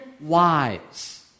Wives